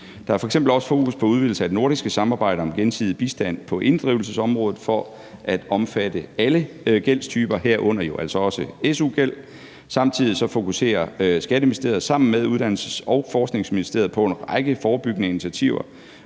også fokus på udvidelse af det nordiske samarbejde om gensidig bistand på inddrivelsesområdet for at omfatte alle typer, herunder jo altså også su-gæld. Samtidig fokuserer Skatteministeriet sammen med Uddannelses- og Forskningsministeriet på en række forebyggende initiativer